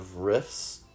riffs